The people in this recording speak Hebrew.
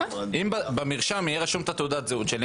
אם במרשם יהיה רשום תעודת הזהות שלי,